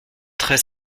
très